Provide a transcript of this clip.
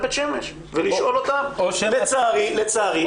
בית שמש ולשאול אותם אבל לצערי הם לא באו.